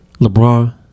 LeBron